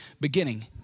beginning